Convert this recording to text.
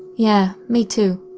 yeah, me too.